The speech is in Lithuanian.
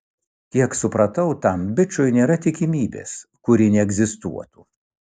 kiek supratau tam bičui nėra tikimybės kuri neegzistuotų